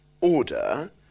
order